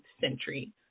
century